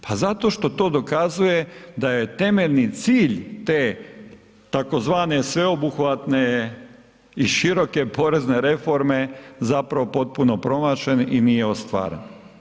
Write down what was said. Pa zato što to dokazuje da je temeljni cilj te tzv. sveobuhvatne i široke porezne reforme zapravo potpuno promašen i nije ostvaren.